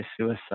suicide